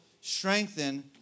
strengthen